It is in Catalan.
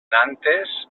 nantes